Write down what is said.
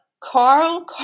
Carl